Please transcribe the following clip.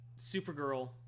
Supergirl